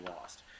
lost